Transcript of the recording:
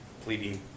pleading